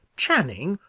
channing,